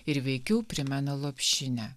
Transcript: ir veikiau primena lopšinę